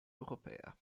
europea